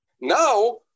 Now